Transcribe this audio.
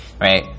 right